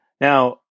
Now